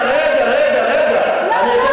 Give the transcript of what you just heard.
חבר הכנסת בר, רגע, רגע, רגע.